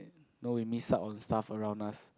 no we miss out of the stuff around us